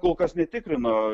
kol kas netikrino